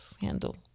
handle